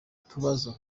utubazo